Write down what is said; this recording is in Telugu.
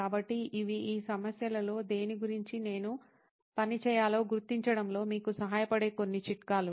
కాబట్టి ఇవి ఈ సమస్యలలో దేని గురించి నేను పని చేయాలో గుర్తించడంలో మీకు సహాయపడే కొన్ని చిట్కాలు